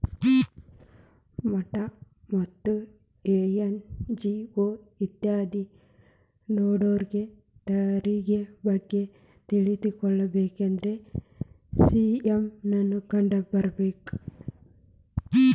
ಮಠಾ ಮತ್ತ ಎನ್.ಜಿ.ಒ ಇತ್ಯಾದಿ ನಡ್ಸೋರಿಗೆ ತೆರಿಗೆ ಬಗ್ಗೆ ತಿಳಕೊಬೇಕಂದ್ರ ಸಿ.ಎ ನ್ನ ಕಂಡು ಬರ್ಬೇಕ